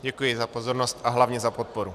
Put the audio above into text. Děkuji za pozornost a hlavně za podporu.